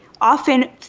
often